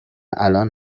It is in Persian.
الان